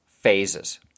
phases